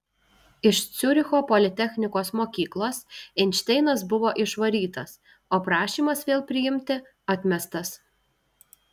iš ciuricho politechnikos mokyklos einšteinas buvo išvarytas o prašymas vėl priimti atmestas